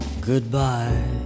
goodbye